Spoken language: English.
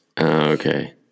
okay